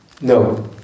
No